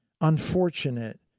unfortunate